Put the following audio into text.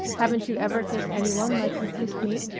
haven't you ever kissed any one like you've kissed me?